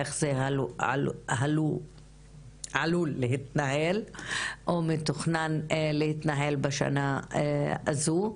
איך זה עלול להתנהל או מתוכנן להתנהל בשנה הזו.